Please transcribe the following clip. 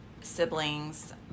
siblings